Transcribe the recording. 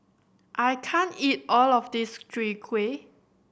I can't eat all of this Chwee Kueh